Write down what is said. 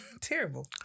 Terrible